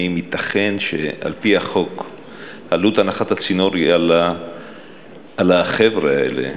האם ייתכן שעל-פי החוק עלות הנחת הצינור היא על החבר'ה האלה?